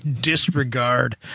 disregard